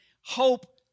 hope